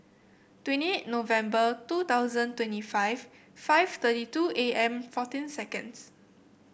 twenty eight November two thousand twenty five five thirty two A M fourteen seconds